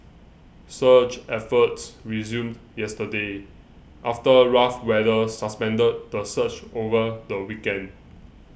search efforts resumed yesterday after rough weather suspended the search over the weekend